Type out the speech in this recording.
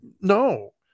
No